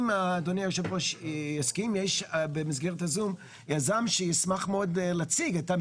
אם אדוני היושב ראש יסכים יש במסגרת הזו יזם שישמח מאוד להציג את זה.